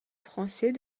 français